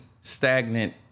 stagnant